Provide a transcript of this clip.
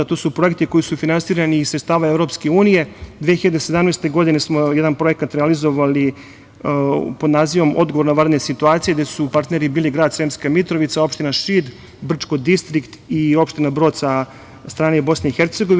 To su projekti koji su finansirani iz sredstava EU, 2017. godine smo jedan projekat realizovali pod nazivom „Odgovor na vanredne situacije“, gde su partneri bili grad Sremska Mitrovica, opština Šid, Brčko Distrik i opština Brod, sa strane BiH.